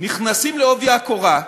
נכנסים בעובי הקורה,